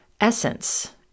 essence